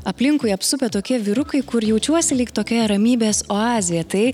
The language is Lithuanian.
aplinkui apsupę tokie vyrukai kur jaučiuosi lyg tokioje ramybės oazėje tai